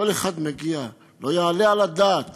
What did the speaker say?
לא יעלה הדעת